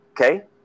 Okay